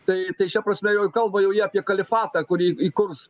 tai tai šia prasme jau jie kalba jau jie apie kalifatą kurį įkurs